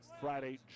Friday